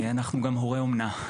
אנחנו גם הורי אומנה.